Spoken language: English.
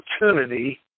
opportunity